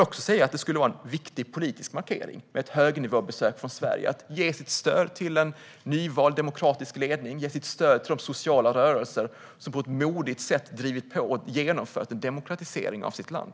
Det vore också en viktig politisk markering med ett högnivåbesök från Sverige som ger stöd till en nyvald demokratisk ledning och till de sociala rörelser som på ett modigt sätt drivit på och genomfört en demokratisering av sitt land.